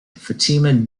fatima